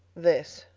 this,